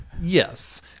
yes